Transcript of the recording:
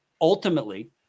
ultimately